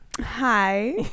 hi